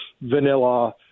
vanilla